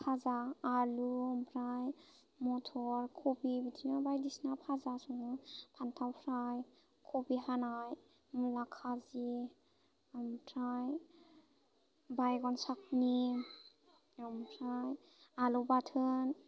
फाजा आलु ओमफ्राय मटर कपि बिदिनो बायदिसिना फाजा सङो फान्थाव फ्राइ कपि हानाय मुला काजि ओमफ्राय बायगन सातिनि ओमफ्राय आलौ बाथोन